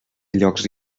llocs